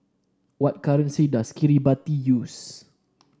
what currency does Kiribati use